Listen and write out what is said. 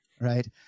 Right